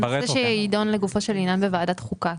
זה נושא שיידון לגופו של עניין בוועדת חוקה.